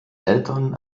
eltern